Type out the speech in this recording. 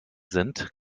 sind